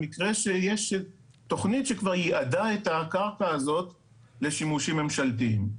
במקרה שיש תוכנית שכבר ייעדה את הקרקע הזאת לשימושים ממשלתיים.